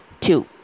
two